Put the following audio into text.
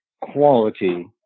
quality